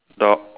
the